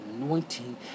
anointing